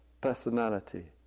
personality